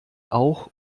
auch